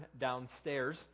downstairs